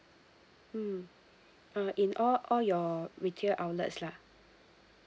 mm uh in all all your retail outlets lah